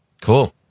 cool